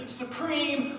supreme